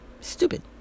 Stupid